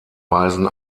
weisen